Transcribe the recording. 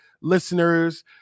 listeners